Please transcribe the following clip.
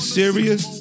serious